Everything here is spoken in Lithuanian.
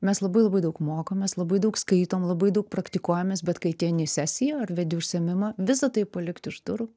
mes labai labai daug mokomės labai daug skaitom labai daug praktikuojamės bet kai ateini į sesiją ar vedi užsiėmimą visa tai palikti už durų